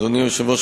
אדוני היושב-ראש,